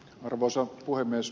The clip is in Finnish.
arvoisa puhemies